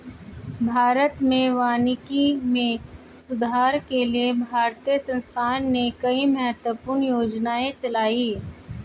भारत में वानिकी में सुधार के लिए भारतीय सरकार ने कई महत्वपूर्ण योजनाएं चलाई